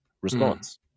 response